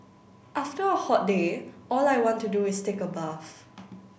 after a hot day all I want to do is take a bath